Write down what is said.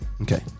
okay